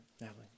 Natalie